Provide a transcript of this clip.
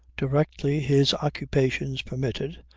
directly his occupations permitted,